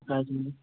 हाँ जी